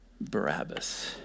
Barabbas